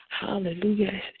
Hallelujah